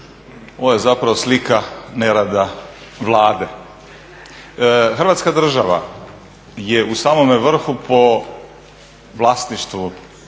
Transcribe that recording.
ovo je zapravo slika nerada Vlade. Hrvatska država je u samome vrhu po vlasništvu